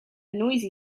noisy